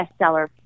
bestseller